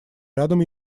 рядом